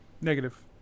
negative